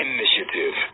Initiative